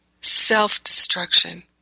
self-destruction